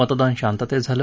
मतदान शांततेत झालं